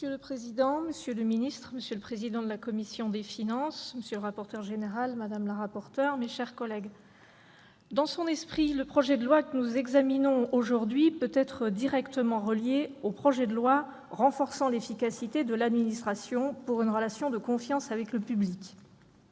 Monsieur le président, monsieur le ministre, monsieur le président de la commission des finances, monsieur le rapporteur général, madame la rapporteur, mes chers collègues, dans son esprit, le projet de loi que nous examinons aujourd'hui peut être directement relié au projet de loi renforçant l'efficacité de l'administration pour une relation de confiance avec le public.